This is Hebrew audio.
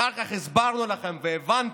אחר כך הסברנו לכם, והבנתם,